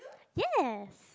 yes